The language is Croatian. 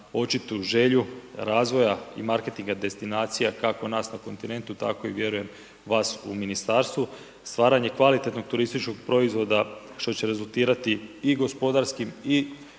očitu želju razvoja i marketinga destinacija kako nas na kontinentu tako i vjerujem vas u ministarstvu, stvaranje kvalitetnog turističkog proizvoda što će rezultirati i gospodarskim i